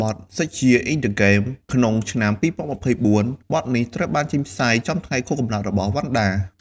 បទ "6 YEARS IN THE GAME" ក្នុង ឆ្នាំ២០២៤ បទនេះត្រូវបានចេញផ្សាយចំថ្ងៃខួបកំណើតរបស់វណ្ណដា។